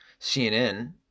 CNN